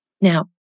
Now